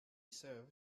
served